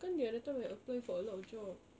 kan the other time I apply for a lot of job